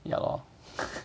ya lor